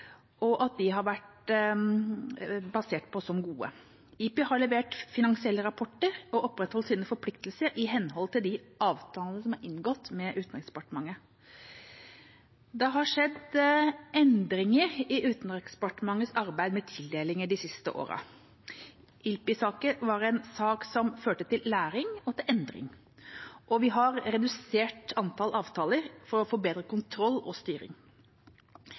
de har vært sett på som gode. IPI har levert finansielle rapporter og opprettholdt sine forpliktelser i henhold til de avtalene som er inngått med Utenriksdepartementet. Det har skjedd endringer i Utenriksdepartementets arbeid med tildelinger de siste årene. IPI- saken var en sak som førte til læring og endring, og vi har redusert antall avtaler for å få bedre kontroll og styring.